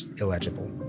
illegible